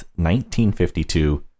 1952